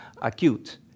acute